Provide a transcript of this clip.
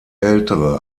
ältere